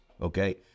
Okay